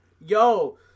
Yo